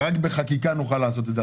ורק בחקיקה נוכל לעשות את זה,